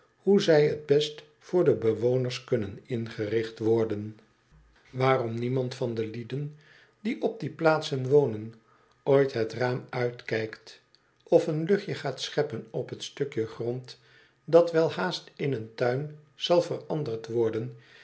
hoe zij t best voor de bewoners kunnen ingericht worden waarom niemand van de lieden die op die plaatsen wonen ooit het raam uitkijkt of een luchtje gaat scheppen op t stukje grond dat welhaast in een tuin zal veranderd worden